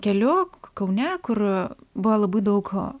keliu kaune kur buvo labai daug